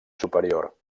superior